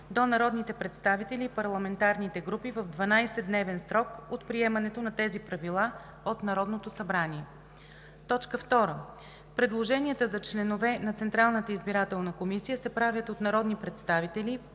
до народните представители и парламентарните групи в 12-дневен срок от приемането на тези правила от Народното събрание. 2. Предложенията за членове на Централната избирателна комисия се правят от народни представители,